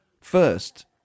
first